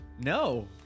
No